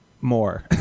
more